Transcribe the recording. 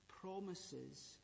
promises